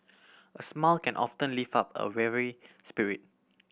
a smile can often lift up a weary spirit